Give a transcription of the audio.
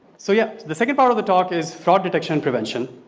so yeah, the second part of the talk is fraud detection prevention.